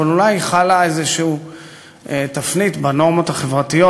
אבל אולי חלה איזה תפנית בנורמות החברתיות,